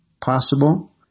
possible